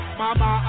mama